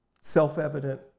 self-evident